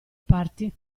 parti